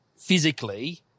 physically –